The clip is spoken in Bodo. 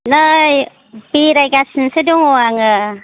नै बेरायगासिनोसो दङ आङो